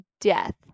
death